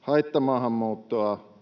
haittamaahanmuuttoa,